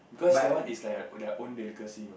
cause that one is like a their own delicacy